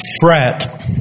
fret